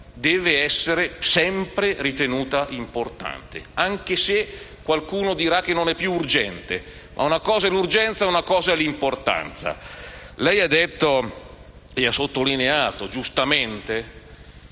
deve essere sempre ritenuto importante, anche se qualcuno dirà che non è più urgente. Una cosa è l'urgenza e una cosa è l'importanza. Lei ha giustamente sottolineato le